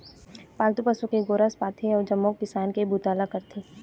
पालतू पशु ले गोरस पाथे अउ जम्मो किसानी के बूता ल करथे